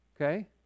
okay